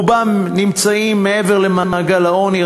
רובם נמצאים מעבר למעגל העוני,